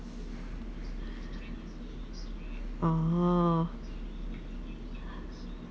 oh